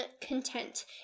content